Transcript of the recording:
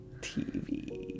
TV